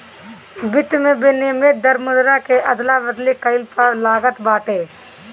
वित्त में विनिमय दर मुद्रा के अदला बदली कईला पअ लागत बाटे